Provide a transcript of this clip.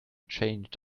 changed